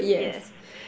yes